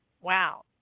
Wow